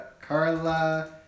Carla